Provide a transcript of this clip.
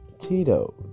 Tito